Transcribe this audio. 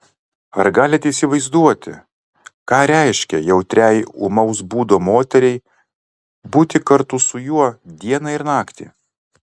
ar galite įsivaizduoti ką reiškia jautriai ūmaus būdo moteriai būti kartu su juo dieną ir naktį